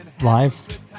live